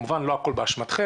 כמובן לא הכל באשמתכם,